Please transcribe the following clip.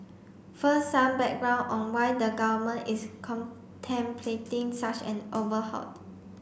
first some background on why the Government is contemplating such an overhauled